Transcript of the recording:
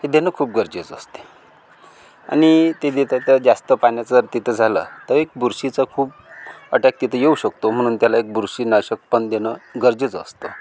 हे देणं खूप गरजेचं असते आणि ते देतात त्या जास्त पाण्याचा अति झाला तरी बुरशीचा खूप अटॅक तिथे येऊ शकतो म्हणून त्याला एक बुरशीनाशक पण देणं गरजेचं असतं